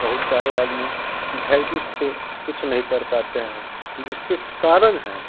बहुत सारे आदमी भयभीत से कुछ नहीं कर पाते हैं जिसके कारण है